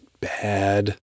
bad